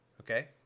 Okay